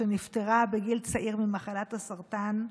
שנפטרה בגיל צעיר ממחלת הסרטן,